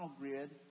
grid